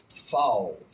falls